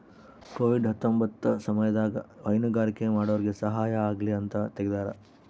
Covid ಹತ್ತೊಂಬತ್ತ ಸಮಯದಾಗ ಹೈನುಗಾರಿಕೆ ಮಾಡೋರ್ಗೆ ಸಹಾಯ ಆಗಲಿ ಅಂತ ತೆಗ್ದಾರ